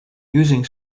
using